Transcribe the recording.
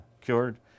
cured